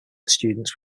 students